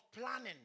planning